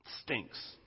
Stinks